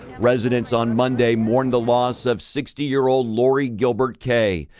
residents on monday mourned the loss of sixty year old lori gilbert kaye.